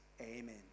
Amen